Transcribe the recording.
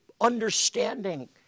understanding